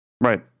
Right